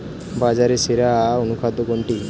বাজারে সেরা অনুখাদ্য কোনটি?